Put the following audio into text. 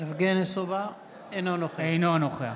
אינו נוכח